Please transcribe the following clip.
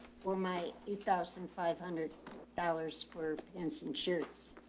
well my two thousand five hundred dollars for pants and shirts.